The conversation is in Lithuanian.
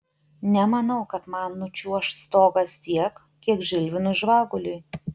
nemanau kad man nučiuoš stogas tiek kiek žilvinui žvaguliui